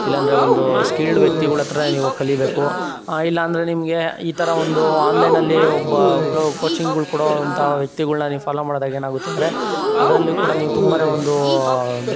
ಇಲ್ಲ ಅಂದ್ರೆ ಒಂದು ಸ್ಕಿಲ್ಡ್ ವ್ಯಕ್ತಿಗಳ ಹತ್ರನೇ ನೀವು ಕಲಿಬೇಕು ಇಲ್ಲ ಅಂದ್ರೆ ನಿಮಗೆ ಈ ಥರ ಒಂದು ಆನ್ಲೈನಲ್ಲಿ ಒಬ್ಬ ಕ್ಲೋ ಕೋಚಿಂಗ್ಗಳು ಕೊಡುವಂಥ ವ್ಯಕ್ತಿಗಳನ್ನ ನೀವು ಫಾಲೋ ಮಾಡ್ದಾಗ ಏನು ಆಗುತ್ತೆ ಅಂದರೆ ಅದರಲ್ಲೂ ಕೂಡ ನೀವು ತುಂಬನೇ ಒಂದು